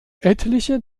etliche